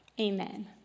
Amen